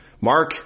Mark